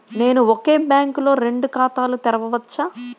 నేను ఒకే బ్యాంకులో రెండు ఖాతాలు తెరవవచ్చా?